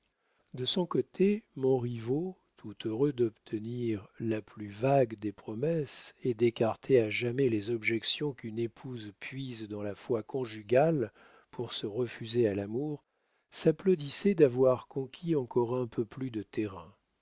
de son côté montriveau tout heureux d'obtenir la plus vague des promesses et d'écarter à jamais les objections qu'une épouse puise dans la foi conjugale pour se refuser à l'amour s'applaudissait d'avoir conquis encore un peu plus de terrain